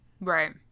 Right